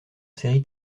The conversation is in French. série